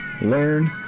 learn